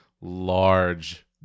large